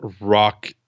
rock